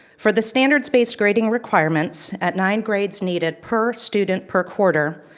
for the standards based grading requirements, at nine grades needed per student per quarter,